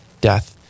death